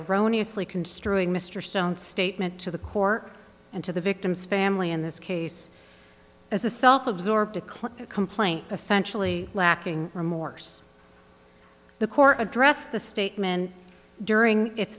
erroneous lee construing mr stone statement to the court and to the victim's family in this case as a self absorbed a clear complaint essentially lacking remorse the court addressed the statement during it